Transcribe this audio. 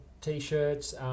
t-shirts